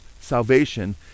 salvation